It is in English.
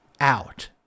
out